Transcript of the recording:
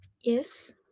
Yes